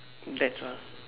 that's all